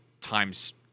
times